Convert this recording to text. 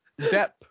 Depp